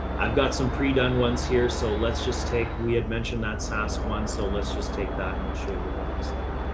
i've got some pre done ones here. so let's just take, we had mentioned that sask one. so let's just take that and i'll show you what it looks like.